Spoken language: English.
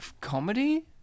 comedy